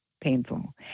painful